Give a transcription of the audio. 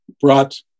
brought